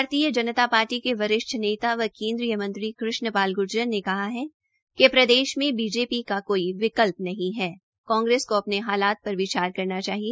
भारतीय जनता पार्टी के वरिष्ट नेता व केन्द्रीय मंत्रीकृष्ण पाल ग्र्जर ने कहा ह कि प्रदेश में बीजेपी का कोई विकल्प नहीं ह कांग्रेस को अपने हालात पर विचार करना चाहिए